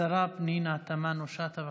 השרה פנינה תמנו שטה.